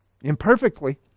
imperfectly